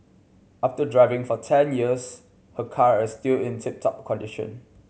after driving for ten years her car is still in tip top condition